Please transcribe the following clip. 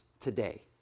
today